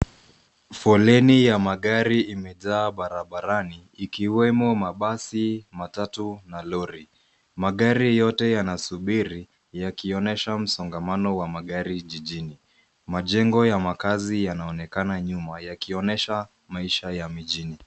Foleni ya magari imejaa barabarani ikiwemo mabasi, matatu na lori. Magari yote yanasubiri yakionyesha msongamanao wa magari jijini. Majengo ya makazi yanaonekana nyuma yakionyesha maisha ya mijini.